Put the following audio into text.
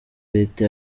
leta